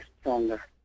stronger